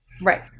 Right